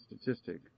statistic